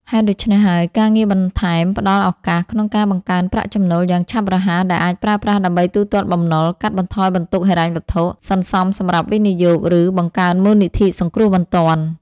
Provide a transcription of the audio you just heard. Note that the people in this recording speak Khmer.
ហេតុដូច្នេះហើយ ការងារបន្ថែមផ្តល់ឱកាសក្នុងការបង្កើនប្រាក់ចំណូលយ៉ាងឆាប់រហ័សដែលអាចប្រើប្រាស់ដើម្បីទូទាត់បំណុល កាត់បន្ថយបន្ទុកហិរញ្ញវត្ថុ សន្សំសម្រាប់វិនិយោគ ឬបង្កើនមូលនិធិសង្គ្រោះបន្ទាន់។